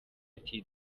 ati